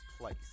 place